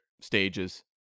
Stages